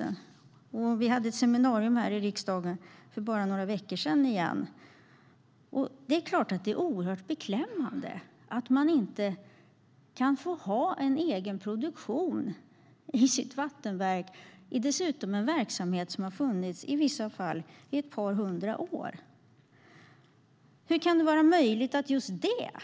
För bara några veckor sedan hade vi ett seminarium här i riksdagen om det. Det är klart att det är oerhört beklämmande att man inte kan få ha en egen produktion i sitt vattenverk. Det är i vissa fall dessutom en verksamhet som har funnits i ett par hundra år. Hur kan det vara möjligt att just detta